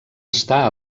està